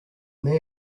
man